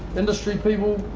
industry people,